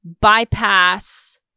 bypass